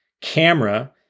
camera